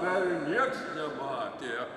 dar nieks nematė